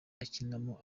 akinamo